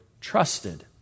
trusted